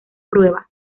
prueba